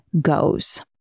goes